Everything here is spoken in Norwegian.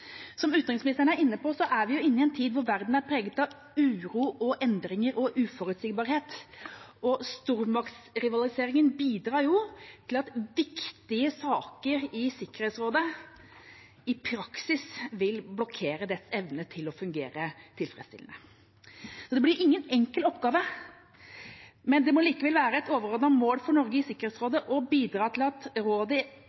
Som utenriksministeren var inne på, er vi inne i en tid da verden er preget av uro, endringer og uforutsigbarhet. Stormaktsrivaliseringen bidrar til at viktige saker i Sikkerhetsrådet i praksis vil blokkere dets evne til å fungere tilfredsstillende. Det blir ingen enkel oppgave, men det må likevel være et overordnet mål for Norge i